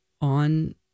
on